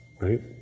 right